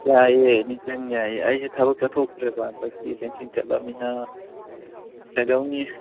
ꯌꯥꯏꯌꯦ any time ꯌꯥꯏꯌꯦ ꯑꯩꯁꯨ ꯊꯕꯛ ꯆꯠꯊꯣꯛꯇ꯭ꯔꯦꯕ ꯍꯟꯗꯛꯇꯤ ꯄꯦꯟꯁꯤꯜ ꯆꯠꯂꯃꯤꯅ ꯀꯩꯗꯧꯅꯤ